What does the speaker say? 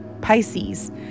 pisces